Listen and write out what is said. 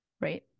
Right